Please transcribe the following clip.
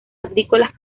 agrícolas